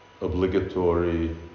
obligatory